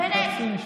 חצי משפט.